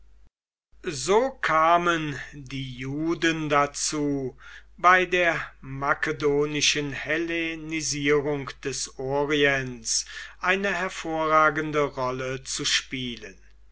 so kamen die juden dazu bei der makedonischen hellenisierung des orients eine hervorragende rolle zu spielen